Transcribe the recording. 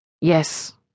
Yes